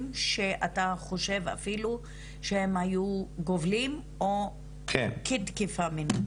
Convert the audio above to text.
שאתה חושב אפילו שהם היו גובלים בתקיפה מינית.